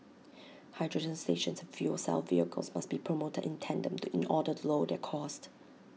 hydrogen stations and fuel cell vehicles must be promoted in tandem to in order to lower their cost